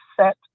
set